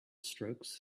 strokes